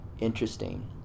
interesting